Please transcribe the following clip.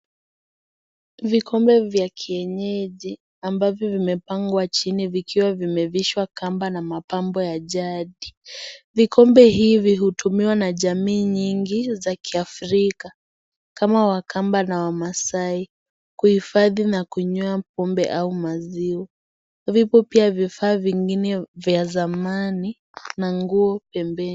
Vikombe vya kienyeji ambavyo vimepangwa chini vikiwa vimevishwa kamba na mapambo ya jadi. Vikombe hivi hutumiwa na jamii nyingi za kiafrika kama wakamba na wamaasai kuhifadhi na kunywea pombe au maziwa. Viko pia vifaa vingine vya zamani na nguo pembeni.